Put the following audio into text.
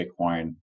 Bitcoin